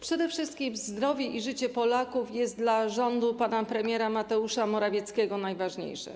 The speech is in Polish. Przede wszystkim zdrowie i życie Polaków jest dla rządu pana premiera Mateusza Morawieckiego najważniejsze.